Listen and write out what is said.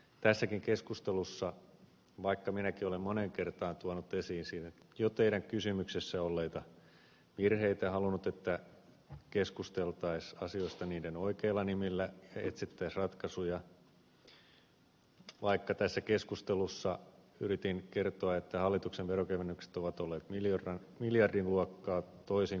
tässäkin keskustelussa vaikka minäkin olen moneen kertaan tuonut esiin jo siinä teidän kysymyksessänne olleita virheitä halunnut että keskusteltaisiin asioista niiden oikeilla nimillä ja etsittäisiin ratkaisuja vaikka tässä keskustelussa yritin kertoa että hallituksen veronkevennykset ovat olleet miljardin luokkaa toisin kuin ed